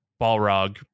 Balrog